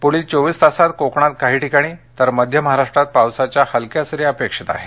पुढील चोवीस तासात कोकणात काही ठिकाणी तर मध्य महाराष्ट्रात पावसाच्या हलक्या सरी अपेक्षित आहेत